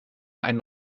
einen